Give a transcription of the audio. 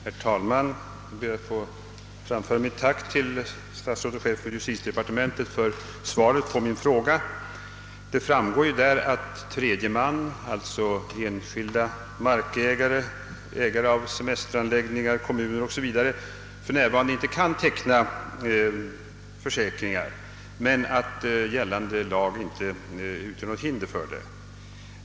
Herr talman! Jag ber att få framföra mitt tack till statsrådet och chefen för justitiedepartementet för svaret på min fråga. Det framgår därav att tredje man, alitså enskilda markägare, ägare av semesteranläggningar, kommuner etc., för närvarande inte kan teckna försäkringar men att gällande lag inte utgör något hinder för det.